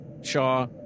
Shaw